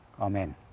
Amen